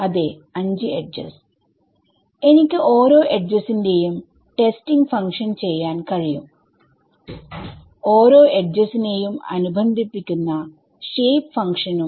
അതെ 5 എഡ്ജസ് എനിക്ക് ഓരോ എഡ്ജസന്റെയും ടെസ്റ്റിംഗ് ഫങ്ക്ഷന് ചെയ്യാൻ കഴിയും ഓരോഎഡ്ജസിനെയും അനുബന്ധിക്കുന്ന ഷേപ്പ് ഫങ്ക്ഷനും